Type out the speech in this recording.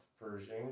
Pershing